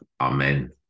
amen